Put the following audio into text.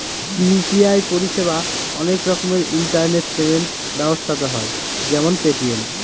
UPI পরিষেবা অনেক রকমের ইন্টারনেট পেমেন্ট ব্যবস্থাতে হয় যেমন পেটিএম